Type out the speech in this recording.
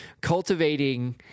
cultivating